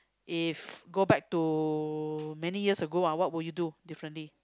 if go back to many years ago ah what would you do differently